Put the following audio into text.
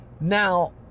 Now